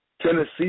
Tennessee